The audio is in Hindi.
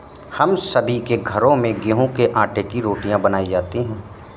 हम सभी के घरों में गेहूं के आटे की रोटियां बनाई जाती हैं